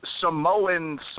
Samoan